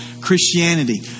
Christianity